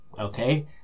Okay